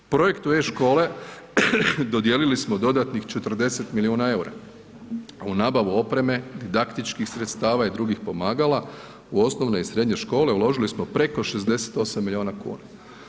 Projektu e-škole dodijeli smo dodatnih 40 milijuna EUR-a, a u nabavu opreme didaktičkih sredstava i drugih pomagala u osnovne i srednje škole uložili smo preko 68 milijuna kuna.